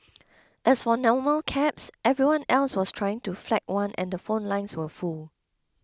as for normal cabs everyone else was trying to flag one and the phone lines were full